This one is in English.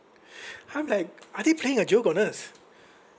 I'm like are they playing a joke on us